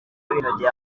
binogeye